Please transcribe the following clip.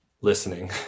listening